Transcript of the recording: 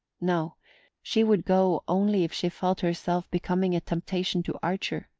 no she would go only if she felt herself becoming a temptation to archer,